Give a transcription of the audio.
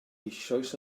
eisoes